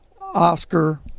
Oscar